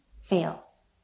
fails